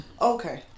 Okay